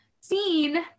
seen